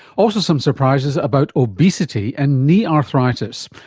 also some surprises about obesity and knee arthritis,